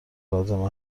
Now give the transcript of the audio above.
لازم